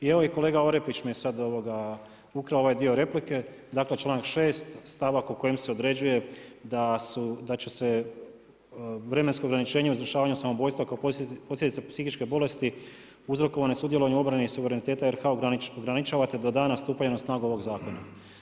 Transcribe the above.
I evo i kolega Orepić mi je sad ukrao ovaj dio replike, dakle, čl.6. stavak o kojem se određuje da će se vremensko ograničenje u izvršavanju samoubojstva kao posljedica psihičke bolesti, uzrokovane u sudjelovanju obrani i suvereniteta RH, ograničavate da do dana stupanja na snagu ovog zakona.